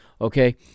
okay